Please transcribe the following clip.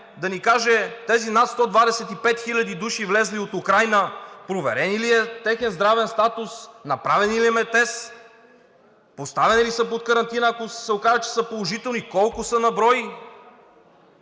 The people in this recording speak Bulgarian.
да ни каже тези над 125 хиляди души, влезли от Украйна, проверен ли е техният здравен статус, направен ли им е тест, поставени ли са под карантина, ако се окаже, че са положителни, и колко са на брой.